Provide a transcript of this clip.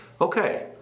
okay